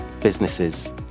businesses